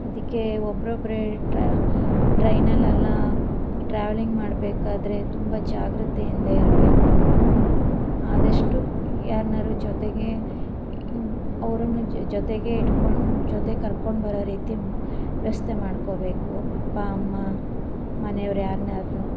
ಅದಕ್ಕೇ ಒಬ್ರೊಬ್ಬರೆ ಟ್ರೈನಲ್ಲೆಲ್ಲ ಟ್ರಾವೆಲಿಂಗ್ ಮಾಡಬೇಕಾದ್ರೆ ತುಂಬ ಜಾಗ್ರತೆಯಿಂದ ಇರಬೇಕು ಆದಷ್ಟು ಯಾರ್ನಾದ್ರು ಜೊತೆಗೇ ಅವರನ್ನು ಜೊತೆಗೆ ಇಟ್ಕೊಂಡು ಜೊತೆ ಕರ್ಕೊಂಡು ಬರೋ ರೀತಿ ಮ್ ವ್ಯವಸ್ಥೆ ಮಾಡ್ಕೋಬೇಕು ಅಪ್ಪ ಅಮ್ಮ ಮನೆಯವ್ರು ಯಾರ್ನಾದ್ರು